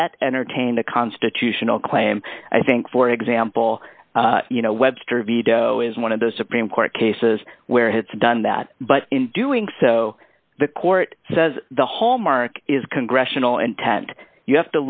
yet entertain the constitutional claim i think for example you know webster veto is one of those supreme court cases where it's done that but in doing so the court says the whole mark is can rational intent you have